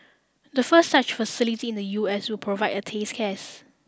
the first such facility in the U S will provide a test case